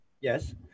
Yes